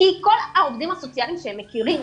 כי כל העובדים הסוציאליים שהם מכירים,